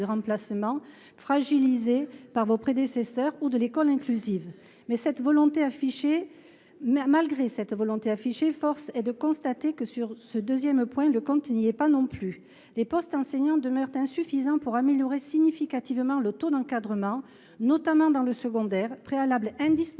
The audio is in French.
de remplacement, fragilisées par vos prédécesseurs, ou pour l’école inclusive. Malgré cette volonté affichée, force est de constater que, sur ce dernier point, le compte n’y est pas non plus : les postes d’enseignant demeurent insuffisants pour améliorer significativement le taux d’encadrement, notamment dans le secondaire, ce préalable étant indispensable